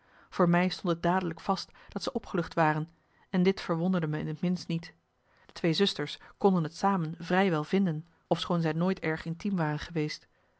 voor mij stond het dadelijk vast dat zij opgelucht waren en dit verwonderde me in t minst niet de twee zusters konden t samen vrij wel vinden ofschoon zij nooit erg intiem waren geweest